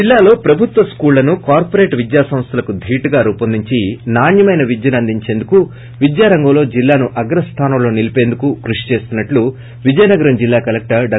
జిల్లాలో ప్రభుత్వ స్కూళ్లను కార్పొరేట్ విద్యాసంస్థలకు ధీటుగా రూపొందించి నాణ్యమైన విద్యను అందించేందుకు విద్యారంగంలో జిల్లాను అగ్ర స్థానంలో నిలీపేందుకు కృషి చేస్తున్నామని విజయనగరం జిల్లా కలెక్టర్ డా